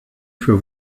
für